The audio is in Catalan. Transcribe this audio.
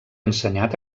ensenyat